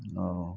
اوہ